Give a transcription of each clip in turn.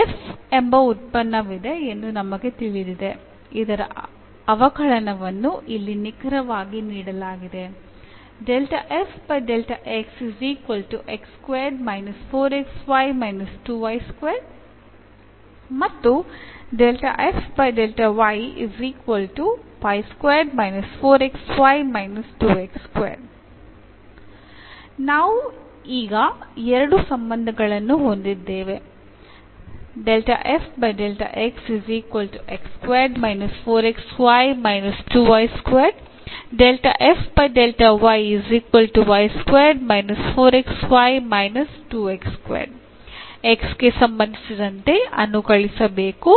f ಎಂಬ ಉತ್ಪನ್ನವಿದೆ ಎಂದು ನಮಗೆ ತಿಳಿದಿದೆ ಇದರ ಅವಕಲನವನ್ನು ಇಲ್ಲಿ ನಿಖರವಾಗಿ ನೀಡಲಾಗಿದೆ ನಾವು ಈಗ ಈ ಎರಡು ಸಂಬಂಧಗಳನ್ನು ಹೊಂದಿದ್ದೇವೆ ಗೆ ಸಂಬಂಧಿಸಿದಂತೆ ಅನುಕಲಿಸಬೇಕು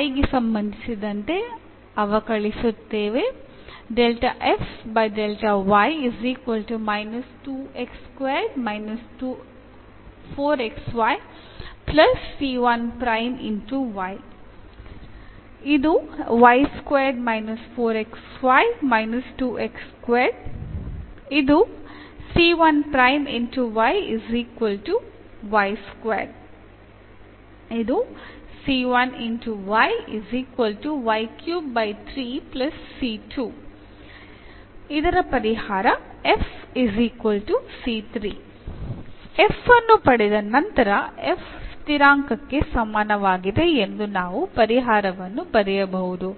y ಗೆ ಸಂಬಂಧಿಸಿದಂತೆ ಅವಕಲಿಸುತ್ತೇವೆ ಪರಿಹಾರ f ಅನ್ನು ಪಡೆದ ನಂತರ f ಸ್ಥಿರಾಂಕಕ್ಕೆ ಸಮಾನವಾಗಿದೆ ಎಂದು ನಾವು ಪರಿಹಾರವನ್ನು ಬರೆಯಬಹುದು